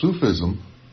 Sufism